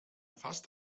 fast